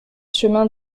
chemin